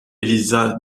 élisa